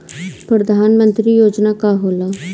परधान मंतरी योजना का होला?